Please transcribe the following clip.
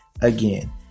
Again